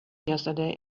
yesterday